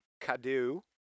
Cadu